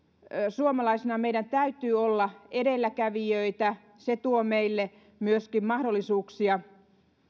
suomalaisina meidän täytyy olla edelläkävijöitä se tuo meille myöskin mahdollisuuksia